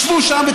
וישבו שם,